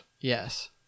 Yes